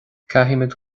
caithfimid